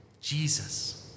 Jesus